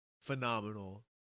phenomenal